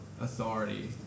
authority